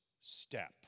step